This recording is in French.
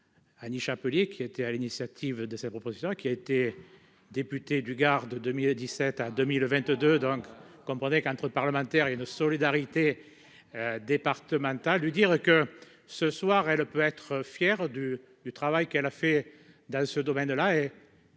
Annie Chapelier, qui était à l'initiative de sa proposition qui a été député du Gard de 2017 à 2022 d'encre, comprenez qu'entre parlementaires et de solidarité départementale de dire que ce soir, elle peut être fière du du travail qu'elle a fait dans ce domaine là